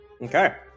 Okay